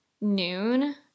noon